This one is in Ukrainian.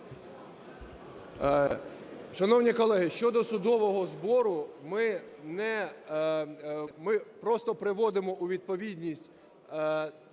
Шановні колеги, щодо судового збору ми не… ми просто приводимо у відповідність ту